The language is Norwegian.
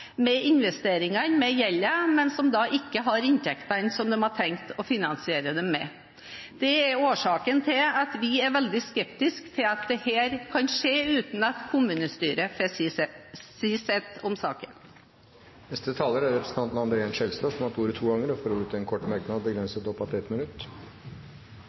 med investeringene, med gjelda, men som ikke har inntektene som de hadde tenkt å finansiere dette med? Det er årsaken til at vi er veldig skeptiske til at dette kan skje uten at kommunestyret får si sitt om saken. Representanten André N. Skjelstad har hatt ordet to ganger tidligere og får ordet til en kort merknad, begrenset til 1 minutt.